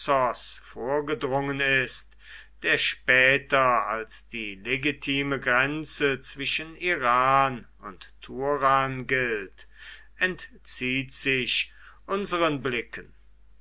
vorgedrungen ist der später als die legitime grenze zwischen iran und turan gilt entzieht sich unseren blicken